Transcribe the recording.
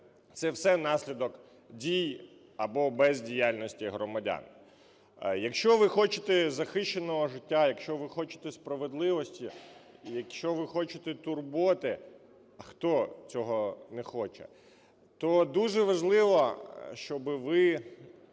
це все наслідок дій або бездіяльності громадян. Якщо ви хочете захищеного життя, якщо ви хочете справедливості, якщо ви хочете турботи – а хто цього не хоче? – то дуже важливо, щоб ви